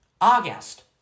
August